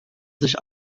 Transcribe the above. sich